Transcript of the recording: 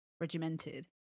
regimented